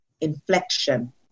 inflection